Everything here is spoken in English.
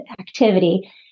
activity